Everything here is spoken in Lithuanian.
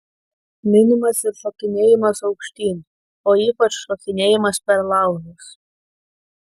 minimas ir šokinėjimas aukštyn o ypač šokinėjimas per laužus